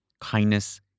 kindness